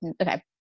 okay